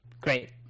Great